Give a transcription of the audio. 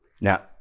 now